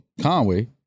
Conway